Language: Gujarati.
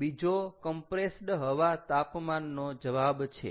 બીજો કમ્પ્રેસ્ડ હવા તાપમાનનો જવાબ છે